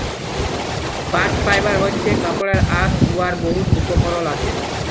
bast fibre হছে কাপড়ের আঁশ উয়ার বহুত উপকরল আসে